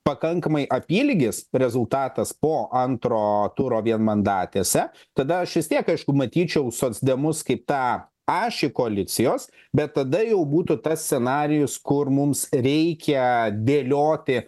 pakankamai apylygis rezultatas po antro turo vienmandatėse tada aš vis tiek aišku matyčiau socdemus kaip tą ašį koalicijos bet tada jau būtų tas scenarijus kur mums reikia dėlioti